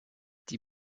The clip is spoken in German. die